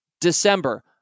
December